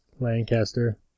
Lancaster